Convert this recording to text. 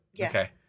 Okay